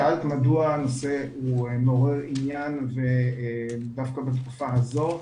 שאלת מדוע הנושא מעורר עניין דווקא בתקופה הזאת.